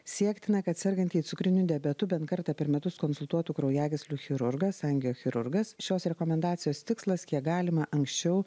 siektina kad sergantį cukriniu diabetu bent kartą per metus konsultuotų kraujagyslių chirurgas angiochirurgas šios rekomendacijos tikslas kiek galima anksčiau